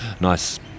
nice